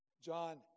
John